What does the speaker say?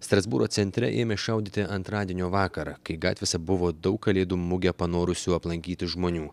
strasbūro centre ėmė šaudyti antradienio vakarą kai gatvėse buvo daug kalėdų mugę panorusių aplankyti žmonių